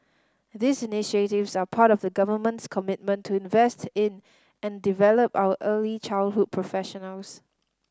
these initiatives are part of the Government's commitment to invest in and develop our early childhood professionals